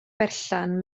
berllan